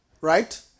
right